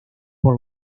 por